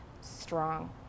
strong